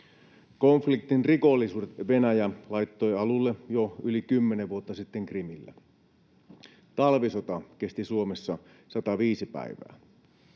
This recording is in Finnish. Konfliktin rikollisuudet Venäjä laittoi alulle jo yli kymmenen vuotta sitten Krimillä. Talvisota kesti Suomessa 105 päivää.